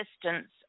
distance